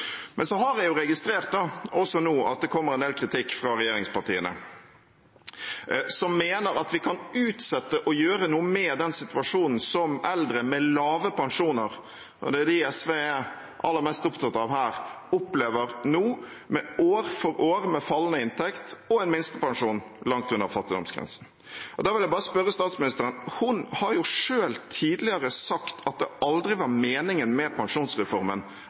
Men så har jeg også registrert at det kommer en del kritikk fra regjeringspartiene, som mener at vi kan utsette å gjøre noe med den situasjonen som eldre med lave pensjoner – og det er dem SV er aller mest opptatt av her – opplever nå, med år for år med fallende inntekt og en minstepensjon langt under fattigdomsgrensen. Da vil jeg bare spørre statsministeren: Hun har jo selv tidligere sagt at det aldri var meningen med pensjonsreformen